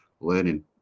learning